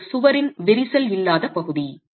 எனவே அது சுவரின் விரிசல் இல்லாத பகுதி